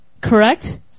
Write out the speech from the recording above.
correct